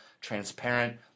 transparent